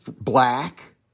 black